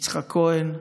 יצחק כהן,